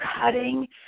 cutting